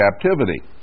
captivity